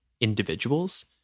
individuals